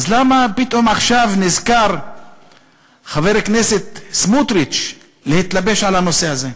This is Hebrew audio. אז למה פתאום עכשיו נזכר חבר הכנסת סמוטריץ להתלבש על הנושא הזה?